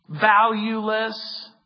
valueless